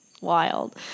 wild